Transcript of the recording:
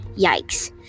Yikes